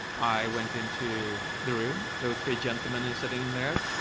i went into the room. there were three gentlemen sitting there.